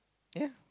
ya